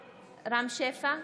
שפע,